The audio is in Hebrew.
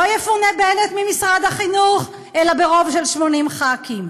לא יפונה בנט ממשרד החינוך אלא ברוב של 80 ח"כים,